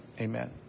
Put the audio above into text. Amen